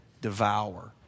devour